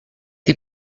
die